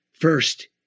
first